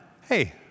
Hey